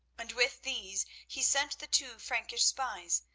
and with these he sent the two frankish spies,